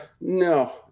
no